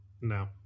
No